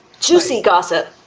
juicy gossip.